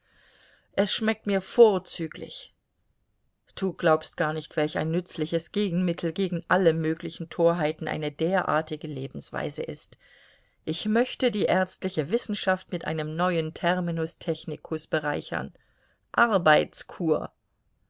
es schmeckt mir vorzüglich du glaubst gar nicht welch ein nützliches gegenmittel gegen alle möglichen torheiten eine derartige lebensweise ist ich möchte die ärztliche wissenschaft mit einem neuen terminus technicus bereichern arbeitskur